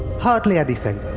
hardly anything.